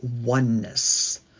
oneness